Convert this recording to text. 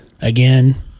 Again